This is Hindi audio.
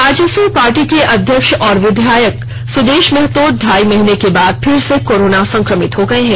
आजसु पार्टी के अध्यक्ष और विधायक सुदेश महतो ढाई महीने के बाद फिर से कोरोना संक्रमित हो गए हैं